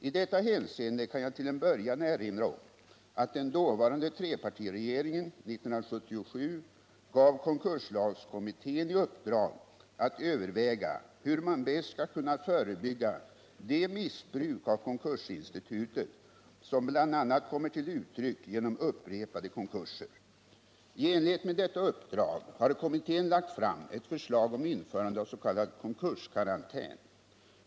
I detta hänseende kan jag till en början erinra om att den dåvarande trepartiregeringen 1977 gav konkurslagskommittén i uppdrag att överväga hur man bäst skall kunna förebygga det missbruk av konkursinstitutet som bl.a. kommer till uttryck genom upprepade konkurser. I enlighet med detta uppdrag har kommittén lagt fram ett förslag om införande av s.k. konkurskarantän.